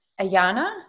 Ayana